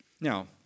Now